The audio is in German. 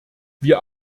wir